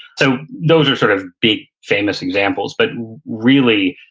so those are sort of big, famous examples, but really,